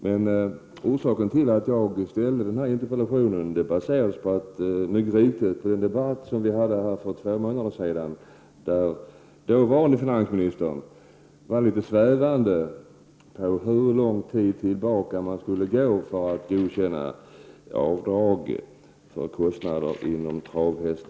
Men orsaken till att jag ställde interpellationen var den debatt vi hade för två månader sedan, där dåvarande finansministern fann det besvärande att gå lång tid tillbaka för att godkänna avdrag för kostnader för att äga travhäst.